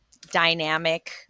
dynamic